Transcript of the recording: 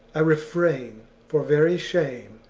i refrain, for very shame,